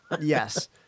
yes